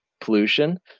pollution